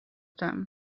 them